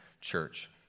Church